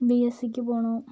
B S C ക്ക് പോകണോ